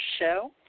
show